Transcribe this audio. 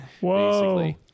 Whoa